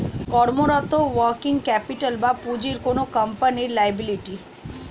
কর্মরত working capital বা পুঁজি কোনো কোম্পানির লিয়াবিলিটি